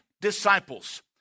disciples